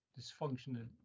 dysfunctional